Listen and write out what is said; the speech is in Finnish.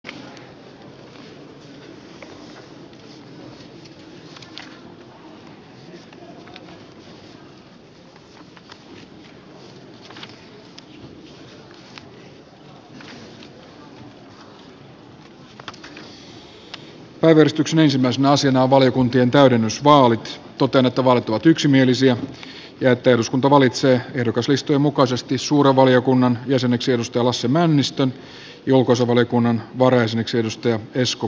totean että vaalit ovat yksimielisiä ja että eduskunta valitsee ehdokaslistojen mukaisesti suuren valiokunnan jäseneksi lasse männistön ja ulkoasiainvaliokunnan varajäseneksi esko